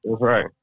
right